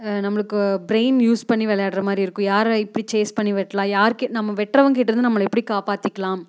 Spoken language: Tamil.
நம்மளுக்கு பிரைன் யூஸ் பண்ணி விளையாடுற மாதிரியிருக்கும் யாரை எப்படி சேஸ் பண்ணி வெட்டலாம் யாருக்கு நம்ம வெட்டுகிறவங்கிட்டயிருந்து நம்மள எப்படி காப்பாற்றிக்குலாம்